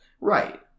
Right